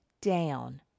down